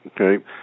Okay